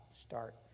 start